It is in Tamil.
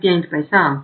75 ஆகும்